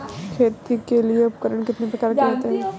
खेती के लिए उपकरण कितने प्रकार के होते हैं?